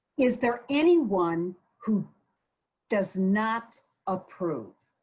is there anyone who does not approve?